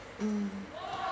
mm